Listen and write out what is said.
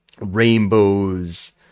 rainbows